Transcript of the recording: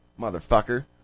Motherfucker